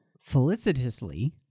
felicitously